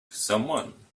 someone